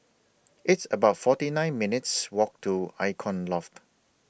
It's about forty nine minutes' Walk to Icon Loft